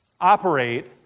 operate